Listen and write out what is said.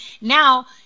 now